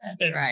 Right